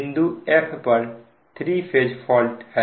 बिंदु F पर three phase fault हुई है